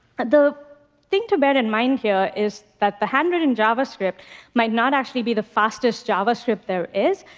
the thing to bear in mind here is that the handwritten javascript might not actually be the fastest javascript there is,